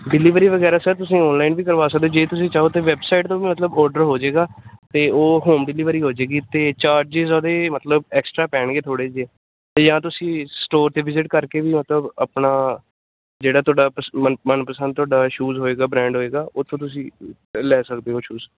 delivery ਵਗੈਰਾ sir ਤੁਸੀਂ online ਵੀ ਕਰਵਾ ਸਕਦੇ ਜੇ ਤੁਸੀਂ ਚਾਹੋ ਤਾਂ ਵੈੱਬਸਾਈਟ ਤੋਂ ਮਤਲਬ ਔਰਡਰ ਹੋ ਜਾਵੇਗਾ ਅਤੇ ਉਹ ਹੋਮ ਡਿਲੀਵਰੀ ਹੋ ਜਾ ਜਾਵੇਗੀ ਅਤੇ ਚਾਰਜਿਸ ਉਹਦੇ ਮਤਲਬ ਐਕਸਟਰਾ ਪੈਣਗੇ ਥੋੜ੍ਹੇ ਜਿਹੇ ਅਤੇ ਜਾਂ ਤੁਸੀਂ ਸਟੋਰ 'ਤੇ ਵਿਜਿਟ ਕਰਕੇ ਵੀ ਮਤਲਬ ਆਪਣਾ ਜਿਹੜਾ ਤੁਹਾਡਾ ਮਨ ਪਸੰਦ ਤੁਹਾਡਾ ਸ਼ੂਜ਼ ਹੋਵੇਗਾ ਬ੍ਰੈਂਡ ਹੋਵੇਗਾ ਉੱਥੋਂ ਤੁਸੀਂ ਲੈ ਸਕਦੇ ਹੋ ਸ਼ੂਜ਼